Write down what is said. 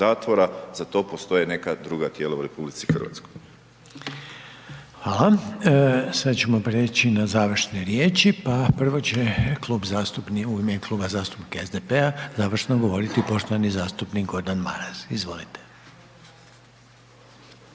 zatvora, za to postoje neka druga tijela u RH. **Reiner, Željko (HDZ)** Hvala. Sad ćemo prijeći na završne riječi pa prvo će u ime Kluba zastupnika SDP-a završno govoriti poštovani zastupnik Gordan Maras, izvolite.